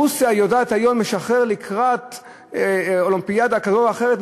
רוסיה יודעת היום לשחרר לקראת אולימפיאדה כזאת או אחרת,